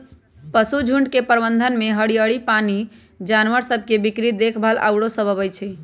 पशुझुण्ड के प्रबंधन में हरियरी, पानी, जानवर सभ के बीक्री देखभाल आउरो सभ अबइ छै